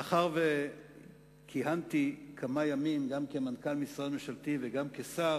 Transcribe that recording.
מאחר שכיהנתי כמה ימים גם כמנכ"ל משרד ממשלתי וגם כשר,